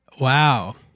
wow